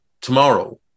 tomorrow